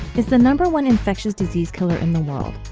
is the number one infectious disease killer in the world,